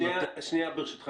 ברשות,